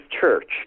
church